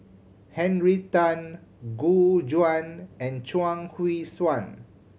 Henry Tan Gu Juan and Chuang Hui Tsuan